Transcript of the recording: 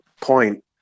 point